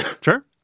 Sure